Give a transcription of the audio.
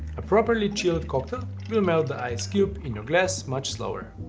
a properly chilled cocktail will melt the ice cube in your glass much slower.